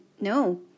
no